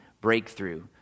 breakthrough